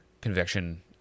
conviction